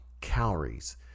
calories